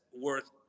worth